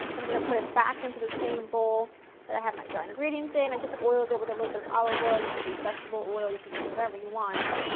um going to put it back into the same bowl that i had my dry ingredients in, i just oiled it with a little bit of olive oil, you can use vegetable oil, you could use whatever you want.